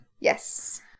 Yes